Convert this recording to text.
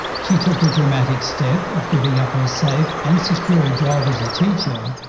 she took the dramatic step of giving up her safe and secure job as a teacher,